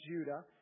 Judah